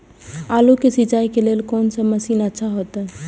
आलू के सिंचाई के लेल कोन से मशीन अच्छा होते?